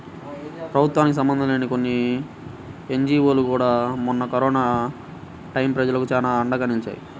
ప్రభుత్వానికి సంబంధం లేని కొన్ని ఎన్జీవోలు కూడా మొన్న కరోనా టైయ్యం ప్రజలకు చానా అండగా నిలిచాయి